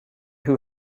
who